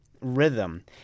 rhythm